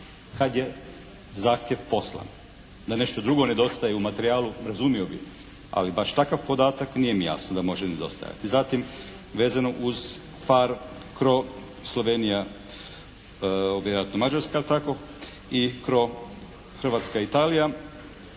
kad je zahtjev poslan. Da nešto drugo nedostaje u materijalu razumio bi. Ali baš takav podatak nije mi jasno da može nedostajati. Zatim vezano uz «PHARE Cro Slovenija», ovo je vjerojatno Mađarska jel' tako i «Cro Hrvatska Italija»